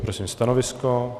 Prosím stanovisko?